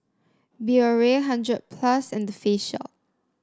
Biore hundred plus and The Face Shop